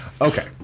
Okay